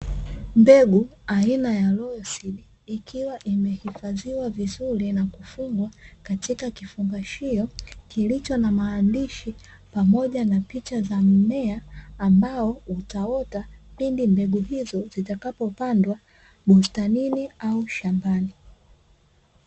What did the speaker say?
Mbegu aina ya Rozi, ikiwa imehifadhiwa vizuri na kufungwa katika kifungashio kilicho na maandishi, pamoja na picha za mmea ambao utaota, pindi mbegu hizo zitakapopandwa bustanini au shambani.